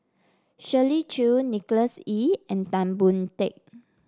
Shirley Chew Nicholas Ee and Tan Boon Teik